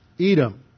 Edom